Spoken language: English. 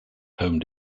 home